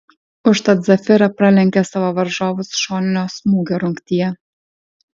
užtat zafira pralenkė savo varžovus šoninio smūgio rungtyje